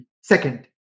Second